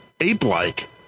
ape-like